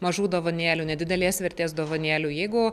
mažų dovanėlių nedidelės vertės dovanėlių jeigu